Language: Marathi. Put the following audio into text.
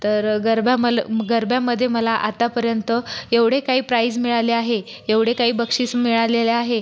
तर गरबा मला गरब्यामध्ये मला आतापर्यंत एवढे काही प्राईज मिळाले आहे एवढे काही बक्षीस मिळालेले आहे